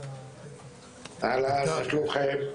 אהלן מה שלומכם?